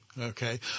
Okay